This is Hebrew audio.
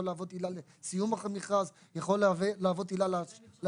זה יכול להוות עילה לסיום המכרז.